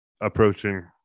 approaching